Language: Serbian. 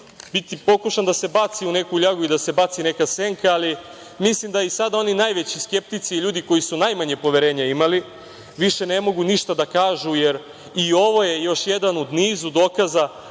biti pokušan da se baci u neku ljagu i da se baci neka senka, ali mislim da i sada oni najveći skeptici, ljudi koji su najmanje poverenja imali, više ne mogu ništa da kažu, jer i ovo je još jedan u nizu dokaza